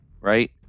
right